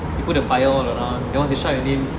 you put the fire all around then once they shout your name